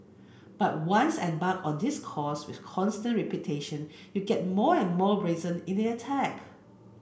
but once embarked on this course with constant repetition you get more and more brazen in the attack